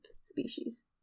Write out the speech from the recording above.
species